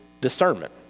discernment